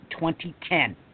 2010